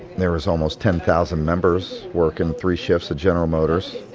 there was almost ten thousand members working three shifts at general motors.